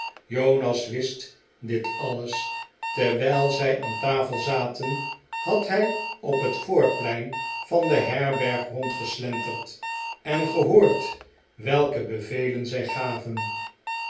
jonas wist dit alles terwijl zij aan tafel zaten had hij op het voorplein van de herberg rondgeslenterd en gehoord welke bevelen zij gaven